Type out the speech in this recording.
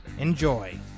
Enjoy